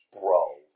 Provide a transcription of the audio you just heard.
Bro